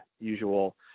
usual